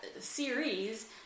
series